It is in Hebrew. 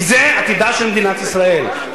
כי זה עתידה של מדינת ישראל,